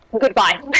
Goodbye